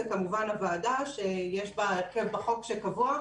זאת כמובן הוועדה שלפי החוק יש בה הרכב קבוע.